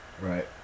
Right